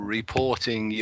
Reporting